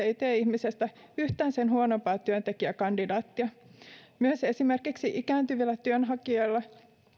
ei tee ihmisestä yhtään sen huonompaa työntekijäkandidaattia myös esimerkiksi ikääntyvillä työnhakijoilla